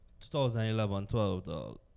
2011-12